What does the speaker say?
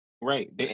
Right